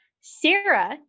Sarah